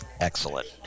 Excellent